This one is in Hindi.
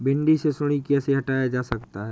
भिंडी से सुंडी कैसे हटाया जा सकता है?